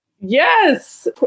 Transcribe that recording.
Yes